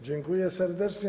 Dziękuję serdecznie.